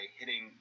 hitting